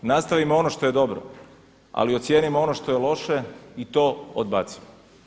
Nastavimo ono što je dobro, ali ocijenimo ono što je loše i to odbacimo.